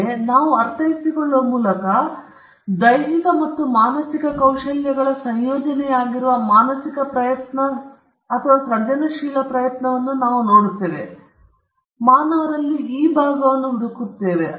ಆದ್ದರಿಂದ ನಾವು ಅರ್ಥೈಸಿಕೊಳ್ಳುವ ಮೂಲಕ ಅಥವಾ ದೈಹಿಕ ಮತ್ತು ಮಾನಸಿಕ ಕೌಶಲ್ಯಗಳ ಸಂಯೋಜನೆಯಾಗಿರುವ ಮಾನಸಿಕ ಪ್ರಯತ್ನ ಅಥವಾ ಸೃಜನಶೀಲ ಪ್ರಯತ್ನವನ್ನು ನಾವು ನೋಡುತ್ತಿದ್ದೇವೆ ಮಾನವರ ಮೇಲೆ ನಾವು ಈ ಭಾಗವನ್ನು ಹುಡುಕುತ್ತೇವೆ